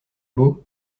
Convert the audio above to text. beau